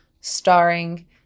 starring